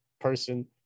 person